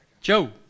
Joe